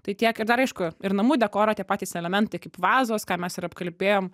tai tiek ir dar aišku ir namų dekoro tie patys elementai kaip vazos ką mes ir apkalbėjom